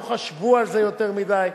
לא חשבו על זה יותר מדי,